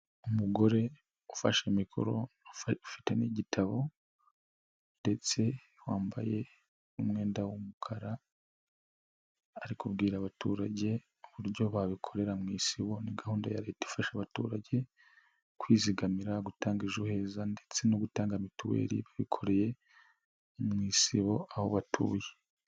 Umugore ufashe mikoro ufite n'igitabo ndetse wambaye umwenda w'umukara, ari kubwira abaturage uburyo babikorera mu isibo ni gahunda ya Leta ifasha abaturage kwizigamira, gutanga ejoheza ndetse no gutanga mituweli bikorewe mu isibo aho batuye.